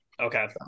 Okay